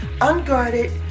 unguarded